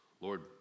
Lord